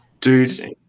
Dude